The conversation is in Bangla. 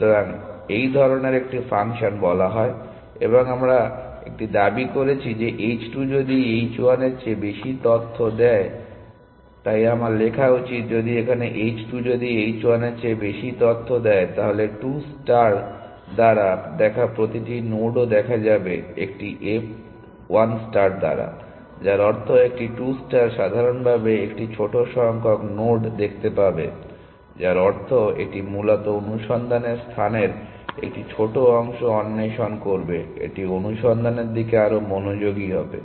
সুতরাং এই ধরনের একটি ফাংশন বলা হয় এবং আমরা একটি দাবি করছি যে h 2 যদি h 1 এর চেয়ে বেশি তথ্য দেয় তাই আমার লেখা উচিত যদি এখানে h 2 যদি h 1 এর চেয়ে বেশি তথ্য দেয় তাহলে 2 ষ্টার দ্বারা দেখা প্রতিটি নোডও দেখা যাবে একটি 1 ষ্টার দ্বারা যার অর্থ একটি 2 ষ্টার সাধারণভাবে একটি ছোট সংখ্যক নোড দেখতে পাবে যার অর্থ এটি মূলত অনুসন্ধানের স্থানের একটি ছোট অংশ অন্বেষণ করবে এটি অনুসন্ধানের দিকে আরও মনোযোগী হবে